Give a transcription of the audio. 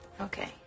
Okay